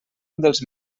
dels